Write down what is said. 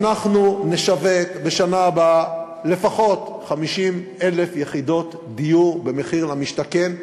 אנחנו נשווק בשנה הבאה לפחות 50,000 יחידות דיור במחיר למשתכן.